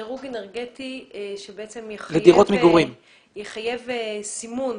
דירוג אנרגטי שבעצם יחייב סימון.